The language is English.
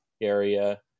area